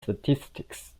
statistics